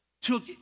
took